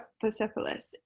Persepolis